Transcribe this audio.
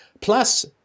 Plus